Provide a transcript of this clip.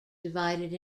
divided